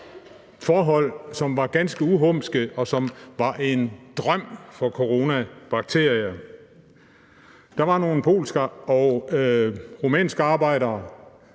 forhold, som var ganske uhumske, og som var en drøm for coronavirus. Der var nogle polske og rumænske arbejdere,